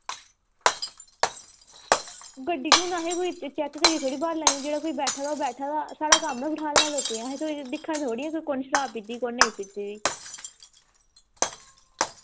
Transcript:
गड्डी च हू'न असें कोई चैक्क करियै थोह्ड़ी ब्ह्यली लैने जेह्ड़ा कोई बैठे दा ओह् बैठे दा साढ़ा कम्म ऐ बठालना लोकें असी कोई दिक्खना थोह्ड़ी ऐ कि कु'न शराब पीती दी कु'न नेईं पीती दी